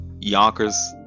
Yonkers